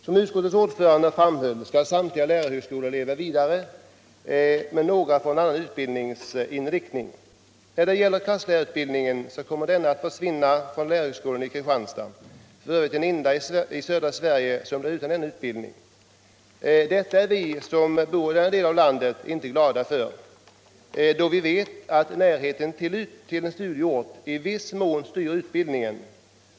Som utskottets ordförande framhöll skall samtliga lärarhögskolor leva vidare, men några får en annan utbildningsinriktning. Klasslärarutbildningen kommer att försvinna från lärarhögskolan i Kristianstad, f. ö. den enda lärarhögskola i södra Sverige som blir utan denna utbildning. Detta är vi som bor i denna del av landet inte glada för, då vi vet att närheten till studieort i viss mån styr utbildningen.